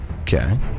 Okay